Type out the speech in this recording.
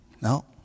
No